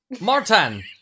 martin